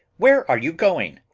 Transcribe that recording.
where are you going?